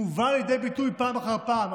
שמובא לידי ביטוי פעם אחר פעם,